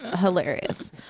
hilarious